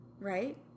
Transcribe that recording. right